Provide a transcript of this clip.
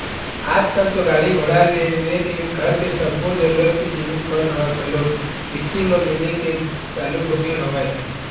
आजकल तो गाड़ी घोड़ा ले लेके घर के सब्बो जरुरत के जिनिस मन ह घलोक किस्ती म मिले के चालू होगे हवय